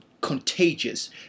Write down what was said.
contagious